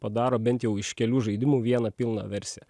padaro bent jau iš kelių žaidimų vieną pilną versiją